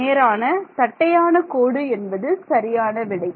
நேரான தட்டையான கோடு என்பது சரியான விடை